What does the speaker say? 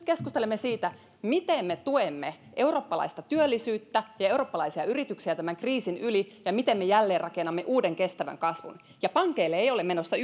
keskustelemme siitä miten me tuemme eurooppalaista työllisyyttä ja ja eurooppalaisia yrityksiä tämän kriisin yli ja miten me jälleenrakennamme uuden kestävän kasvun ja pankeille ei ole menossa